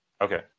Okay